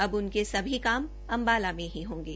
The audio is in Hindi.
अब उनके सभी काम अम्बाला में ही होंगे